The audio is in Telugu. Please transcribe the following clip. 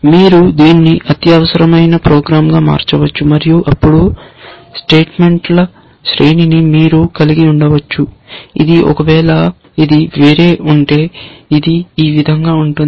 మీరు దీన్ని అత్యవసరమైన ప్రోగ్రామ్గా మార్చవచ్చు మరియు అప్పుడు స్టేట్మెంట్ల శ్రేణిని మీరు కలిగి ఉండవచ్చు ఇది ఒకవేళ ఇది వేరే ఉంటే ఇది ఈ విధంగా ఉంటుంది